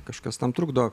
kažkas tam trukdo